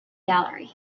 gallery